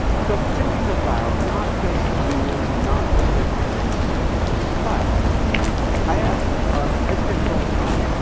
so thinking about not just the rules, and not just the expectations in teaching, but i ask educators all the time,